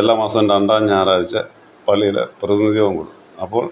എല്ലാ മാസം രണ്ടാം ഞായറാഴ്ച പള്ളിയില് പ്രതിനിധിയോഗം കൂടും അപ്പോള്